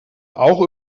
auch